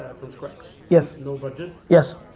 and from scratch. yes. no budget. yes.